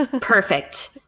Perfect